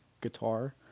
guitar